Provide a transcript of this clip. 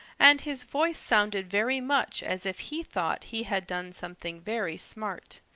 and his voice sounded very much as if he thought he had done something very smart.